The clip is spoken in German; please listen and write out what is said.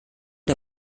der